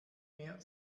mehr